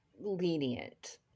lenient